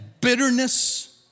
bitterness